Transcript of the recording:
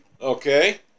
Okay